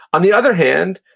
on the other hand,